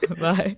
Bye